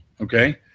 Okay